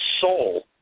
soul